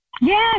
Yes